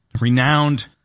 renowned